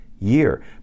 year